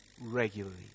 regularly